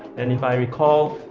and if i recall,